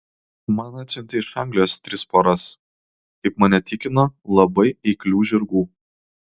man atsiuntė iš anglijos tris poras kaip mane tikino labai eiklių žirgų